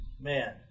Man